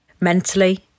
mentally